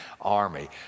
army